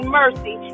mercy